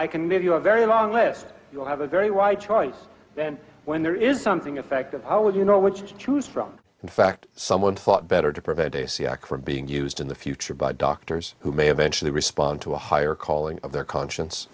i can give you a very long list you'll have a very wide choice then when there is something effective how would you know which to choose from in fact someone thought better to prevent a siac from being used in the future by doctors who may eventually respond to a higher calling of their conscience